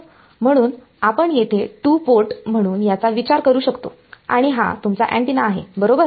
म्हणून आपण येथे टु पोर्ट म्हणून याचा विचार करू शकतो आणि हा तुमचा अँटीना आहे बरोबर